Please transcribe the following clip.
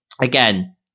again